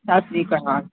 ਸਤਿ ਸ਼੍ਰੀ ਅਕਾਲ